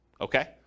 Okay